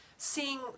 Seeing